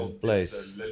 place